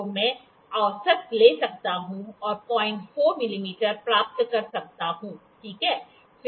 तो मैं औसत ले सकता हूं और 04 मिमी प्राप्त कर सकता हूं ठीक है